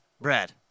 Brad